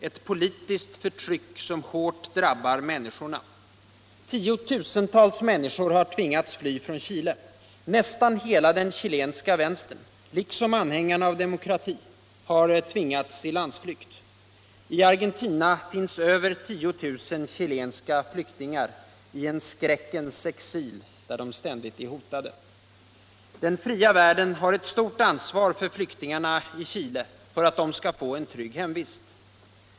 Ett politiskt förtryck som hårt drabbar människorna. Tiotusentals människor har tvingats fly från Chile. Nästan hela den chilenska vänstern, liksom anhängarna av demokrati, har tvingats i landsflykt. I Argentina finns över 10 000 chilenska flyktingar i en skräckens exil, där de ständigt är hotade. Den fria världen har ett stort ansvar för att flyktingarna från Chile skall kunna få en trygg hemvist.